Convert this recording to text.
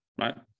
right